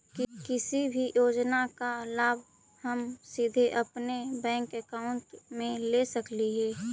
किसी भी योजना का लाभ हम सीधे अपने बैंक अकाउंट में ले सकली ही?